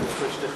מיקי,